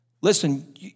Listen